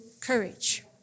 courage